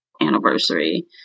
anniversary